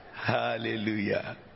hallelujah